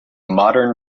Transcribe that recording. modern